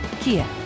Kia